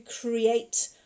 create